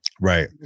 Right